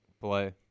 play